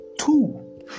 Two